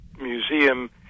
Museum